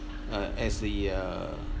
uh as the uh